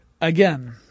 again